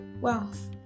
wealth